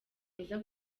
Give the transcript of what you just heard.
mwiza